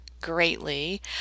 greatly